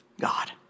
God